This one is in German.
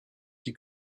die